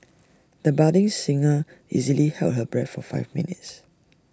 the budding singer easily held her breath for five minutes